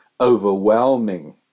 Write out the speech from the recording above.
overwhelming